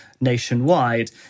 nationwide